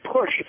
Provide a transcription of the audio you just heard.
push